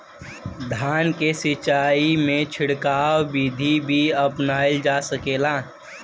धान के सिचाई में छिड़काव बिधि भी अपनाइल जा सकेला?